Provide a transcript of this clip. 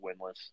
winless